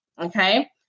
okay